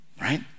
Right